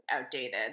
outdated